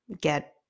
get